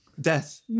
Death